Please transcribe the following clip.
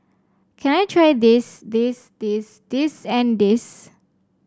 can I try this this this this and this